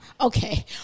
Okay